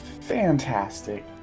Fantastic